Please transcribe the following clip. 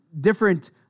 different